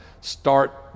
start